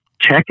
Check